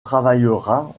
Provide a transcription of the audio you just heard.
travaillera